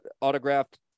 autographed